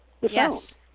Yes